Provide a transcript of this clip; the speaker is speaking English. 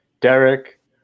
Derek